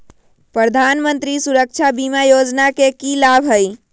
प्रधानमंत्री सुरक्षा बीमा योजना के की लाभ हई?